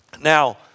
Now